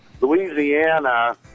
Louisiana